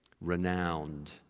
renowned